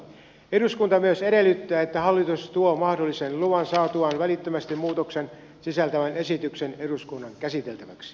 eduskunta edellyttää lisäksi että hallitus tuo mahdollisen luvan saatuaan välittömästi muutoksen sisältävän esityksen eduskunnan käsiteltäväksi